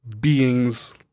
beings